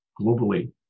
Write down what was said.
globally